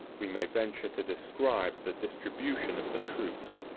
we may venture to describe the distribution of the troops.